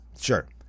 Sure